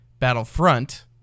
battlefront